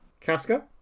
Casca